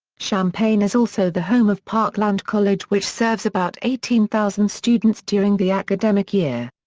champaign is also the home of parkland college which serves about eighteen thousand students during the academic year.